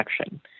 action